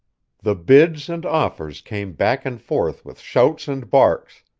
the bids and offers came back and forth with shouts and barks,